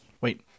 Wait